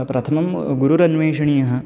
प्रथमं गुरुरन्वेषणीयः